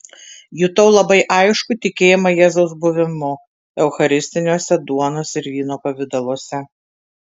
jutau labai aiškų tikėjimą jėzaus buvimu eucharistiniuose duonos ir vyno pavidaluose